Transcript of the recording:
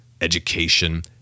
education